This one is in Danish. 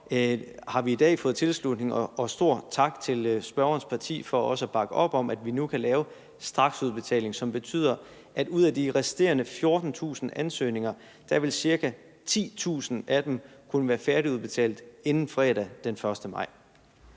vi i dag fået tilslutning til det. Jeg vil godt rette en tak til spørgerens parti for også at bakke op om, at vi nu kan lave straksudbetaling, som betyder, at ud af de resterende 14.000 ansøgninger vil ca. 10.000 af dem kunne være færdigudbetalt inden fredag den 1. maj.